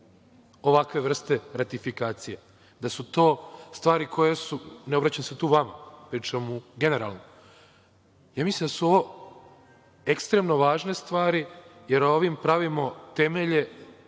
ovakve vrste ratifikacija, da su to stvari koje su, ne obraćam se tu vama, pričam generalno… Mislim da su ovo ekstremno važne stvari, jer ovim pravimo temelje